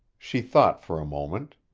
she thought for a moment.